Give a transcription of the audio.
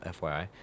FYI